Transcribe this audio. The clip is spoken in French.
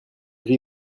gris